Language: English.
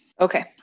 Okay